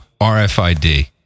RFID